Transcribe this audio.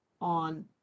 on